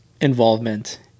involvement